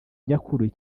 nyakuri